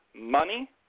money